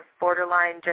borderline